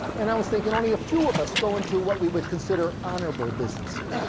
and i was thinking only a few of us go into what we would consider honorable businesses.